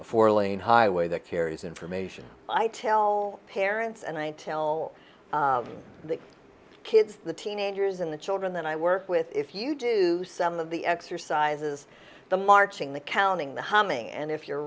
four lane highway that carries information i tell parents and i tell the kids the teenagers and the children that i work with if you do some of the exercises the marching the counting the humming and if you're